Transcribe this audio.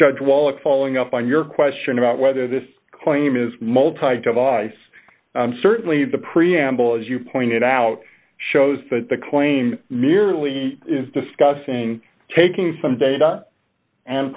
judge wallach following up on your question about whether this claim is multimeter of ice certainly the preamble as you pointed out shows that the claim merely is discussing taking some data and